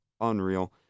unreal